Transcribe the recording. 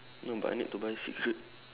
no but I need to buy cigarette